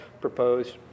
proposed